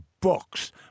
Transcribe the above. books